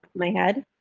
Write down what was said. my head,